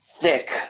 thick